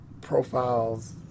profiles